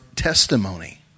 testimony